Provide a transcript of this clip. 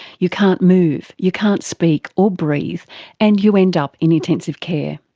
you can't move, you can't speak or breathe and you end up in intensive care.